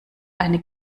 eine